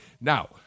now